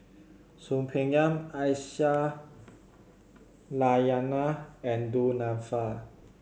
Soon Peng Yam Aisyah Lyana and Du Nanfa